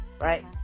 right